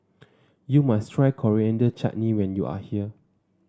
you must try Coriander Chutney when you are here